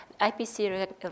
IPC